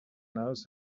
knows